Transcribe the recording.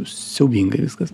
siaubingai viskas